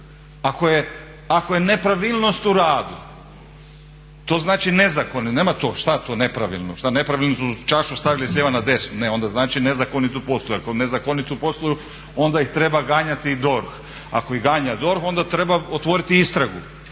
Ako je nepravilnost u radu to znači nezakonito, nema tu nepravilno. Što je to nepravilno? Što nepravilno su čašu stavili s lijeva na desno? Ne, onda znači nezakonito posluju. I ako nezakonito posluju onda ih treba ganjati DORH. A ako ih ganja DORH onda treba otvoriti istragu.